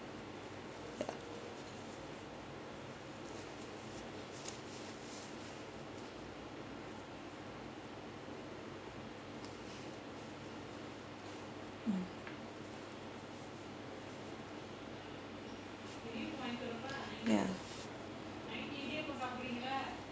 ya mm ya